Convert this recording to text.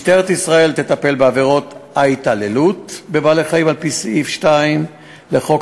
משטרת ישראל תטפל בעבירות ההתעללות בבעלי-חיים על-פי סעיף 2 לחוק